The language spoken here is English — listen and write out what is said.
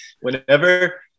whenever